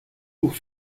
pour